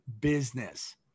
business